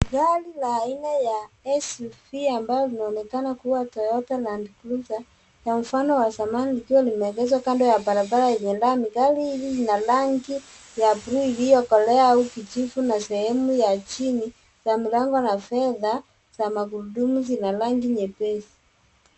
Gari la aina ya SUV, ambalo linaonekana kua Toyota landcruiser, kwa mfano wa zamani likiwa limeegeshwa kando ya barabara yenye lami. Gari hili lina rangi ya blue iliyokolea au kijivu, na sehemu ya chini ya mlango na fedha za magurudumu zina rangi nyepesi.